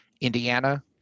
indiana